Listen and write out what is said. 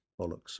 bollocks